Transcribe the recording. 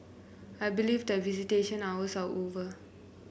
I believe that visitation hours are over